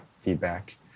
feedback